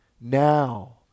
Now